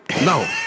No